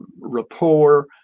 rapport